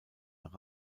nach